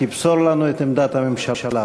תמסור לנו את עמדת הממשלה.